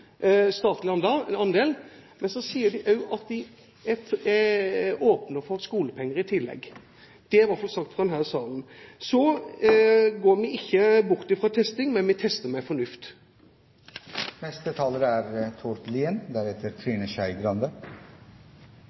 statlig finansieringsandel på 100 pst. I tillegg sier de at de er åpne for skolepenger. Det er i hvert fall sagt fra dem her i salen. Så går vi ikke bort fra testing, men vi tester med fornuft.